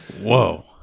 Whoa